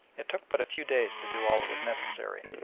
it took but a few days to do all that was necessary,